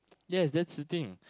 yes that's the thing